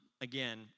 again